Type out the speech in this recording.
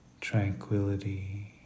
tranquility